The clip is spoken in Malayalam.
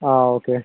ആ ഓക്കെ